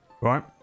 right